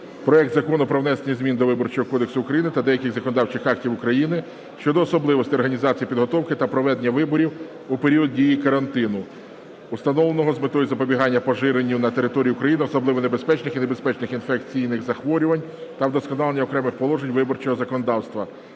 Проект Закону про внесення змін до Виборчого кодексу України та деяких законодавчих актів України щодо особливостей організації підготовки та проведення виборів у період дії карантину, установленого з метою запобігання поширенню на території України особливо небезпечних і небезпечних інфекційних захворювань, та вдосконалення окремих положень виборчого законодавства